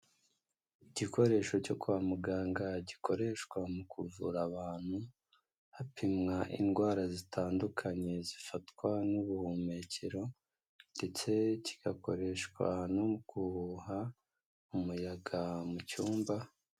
Igikoresho cyo kwa muganga gikoreshwa mu kuvura abantu, hapimwa indwara zitandukanye zifatwa n'ubuhumekero ndetse kigakoreshwa no guhuha umuyaga mu cyumba.